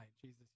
Jesus